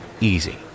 easy